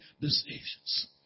decisions